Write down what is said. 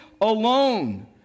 alone